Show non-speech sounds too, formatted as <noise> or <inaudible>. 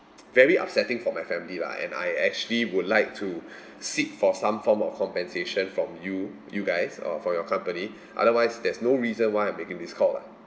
very upsetting for my family lah and I actually would like to <breath> seek for some form of compensation from you you guys or from your company <breath> otherwise there's no reason why I am making this call lah